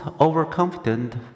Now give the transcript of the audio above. overconfident